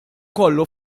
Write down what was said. kollu